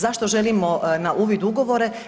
Zašto želimo na uvid ugovore?